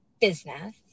business